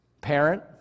Parent